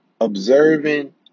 observing